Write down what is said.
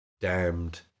damned